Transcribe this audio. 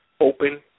open